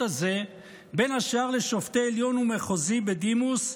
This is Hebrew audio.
הזה בין השאר לשופטי עליון ומחוזי בדימוס,